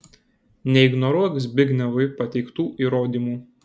neignoruok zbignevui pateiktų įrodymų